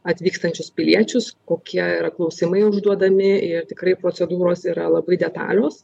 atvykstančius piliečius kokie yra klausimai užduodami ir tikrai procedūros yra labai detalios